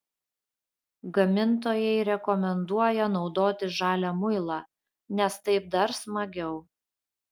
gamintojai rekomenduoja naudoti žalią muilą nes taip dar smagiau